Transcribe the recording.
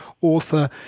author